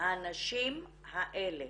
הנשים האלה,